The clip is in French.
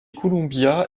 columbia